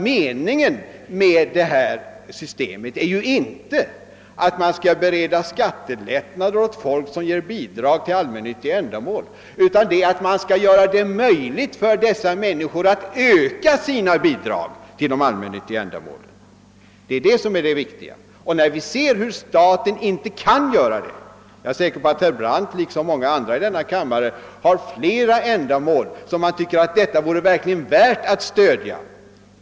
Meningen med detta System är ju inte att man skall bereda skattelättnader för folk som ger bidrag till allmännyttiga ändamål, utan meningen är att göra det möjligt för dessa människor att öka sina bidrag till de allmännyttiga ändamålen. Det är detta som är det viktiga när vi nu ser att staten inte kan öka sina anslag till dessa ändamål. Jag är säker på att herr Brandt liksom de flesta andra i denna kammare anser att det finns många ändamål som det verkligen vore värt att stödja.